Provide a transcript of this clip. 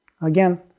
Again